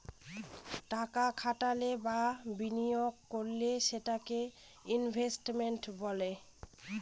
টাকা খাটালে বা বিনিয়োগ করলে সেটাকে ইনভেস্টমেন্ট বলে